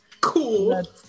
cool